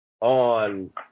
on